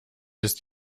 ist